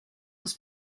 was